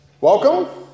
Welcome